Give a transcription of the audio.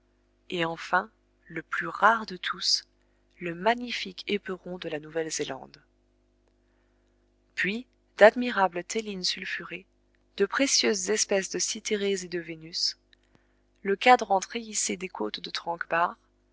et enfin le plus rare de tous le magnifique éperon de la nouvelle zélande puis d'admirables tellines sulfurées de précieuses espèces de cythérées et de vénus le cadran treillissé des côtes de tranquebar